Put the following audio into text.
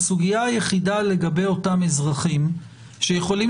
הסוגיה היחידה לגבי אותם אזרחים שיכולים